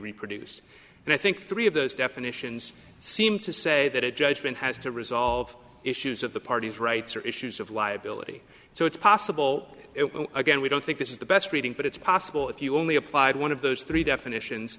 reproduced and i think three of those definitions seem to say that a judgment has to resolve issues of the parties rights or issues of liability so it's possible it will again we don't think this is the best reading but it's possible if you only applied one of those three definitions